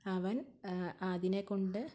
അവൻ അതിനെക്കൊണ്ട്